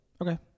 Okay